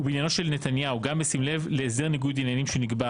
ובעניינו של נתניהו גם בשים לב להסדר ניגוד עניינים שנקבע